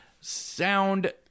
sound